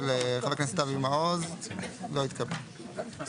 ההסתייגויות של חבר הכנסת אבי מעוז לא התקבלו.